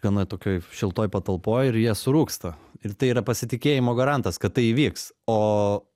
gana tokioj šiltoj patalpoj ir jie surūgsta ir tai yra pasitikėjimo garantas kad tai įvyks o